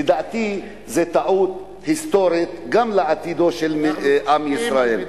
לדעתי זה טעות היסטורית גם לעתידו של עם ישראל.